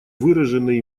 выраженные